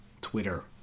twitter